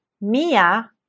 mia